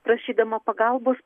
prašydama pagalbos